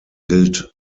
gilt